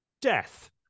death